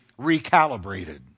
recalibrated